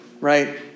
right